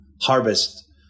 harvest